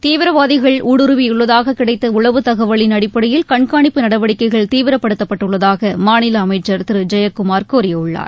தீவிரவாதிகள் ஊடுருவியுள்ளதாக கிடைத்த உளவுத் தகவலின் அடிப்படையில் கண்காணிப்பு நடவடிக்கைகள் தீவிரப்படுத்தப்பட்டுள்ளதாக மாநில அமைச்சர் திரு ஜெயக்குமார் கூறியுள்ளார்